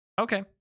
Okay